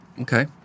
Okay